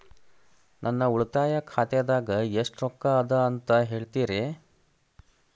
ನನ್ನ ಉಳಿತಾಯ ಖಾತಾದಾಗ ಎಷ್ಟ ರೊಕ್ಕ ಅದ ಅಂತ ಹೇಳ್ತೇರಿ?